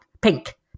pink